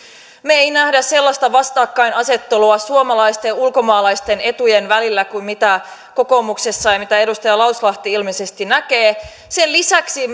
me emme näe sellaista vastakkainasettelua suomalaisten ja ulkomaalaisten etujen välillä kuin mitä nähdään kokoomuksessa ja mitä edustaja lauslahti ilmeisesti näkee sen lisäksi